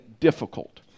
difficult